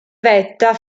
vetta